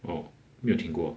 oh 没有听过